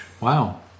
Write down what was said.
Wow